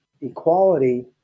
equality